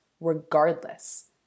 regardless